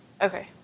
Okay